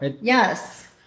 Yes